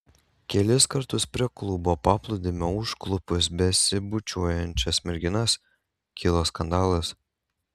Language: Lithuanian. kelis kartus prie klubo paplūdimio užklupus besibučiuojančias merginas kilo skandalas